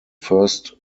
first